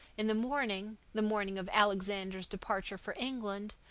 in the morning, the morning of alexander's departure for england,